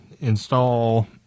install